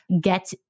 get